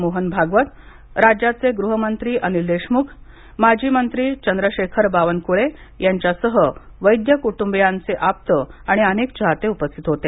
मोहन भागवत राज्याचे गृहमंत्री अनिल देशमुख माजीमंत्री चंद्रशेखर बावनक्ळे यांच्यासह वैद्य कुटुंबीयांचे आप्त आणि अनेक चाहते उपस्थित होते